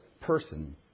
person